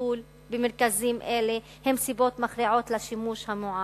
הטיפול במרכזים הם סיבות מכריעות לשימוש המועט.